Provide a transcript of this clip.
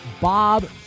Bob